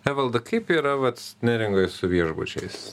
evalda kaip yra vats neringoj su viešbučiais